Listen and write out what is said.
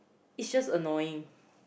it's just annoying